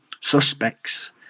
suspects